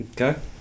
Okay